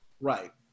Right